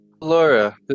Laura